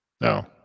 No